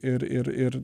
ir ir ir